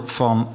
van